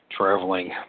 traveling